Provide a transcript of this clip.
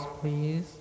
please